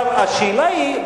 השאלה היא,